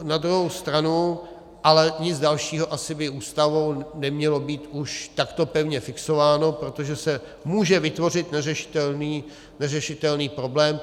Na druhou stranu ale nic dalšího asi by Ústavou nemělo být už takto pevně fixováno, protože se může vytvořit neřešitelný problém.